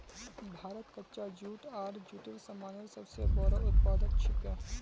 भारत कच्चा जूट आर जूटेर सामानेर सब स बोरो उत्पादक छिके